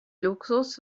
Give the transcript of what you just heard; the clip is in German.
luxus